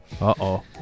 Uh-oh